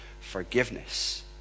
forgiveness